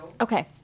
Okay